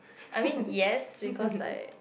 I mean yes because like